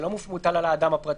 זה לא מוטל על האדם הפרטי.